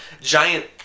giant